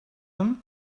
him